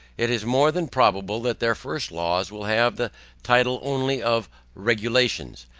it is more than probable that their first laws will have the title only of regulations,